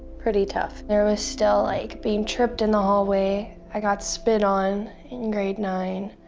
pretty tough. there was still like being tripped in the hallway. i got spit on in grade nine.